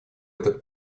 этот